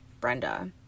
Brenda